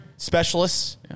Specialists